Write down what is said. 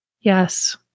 Yes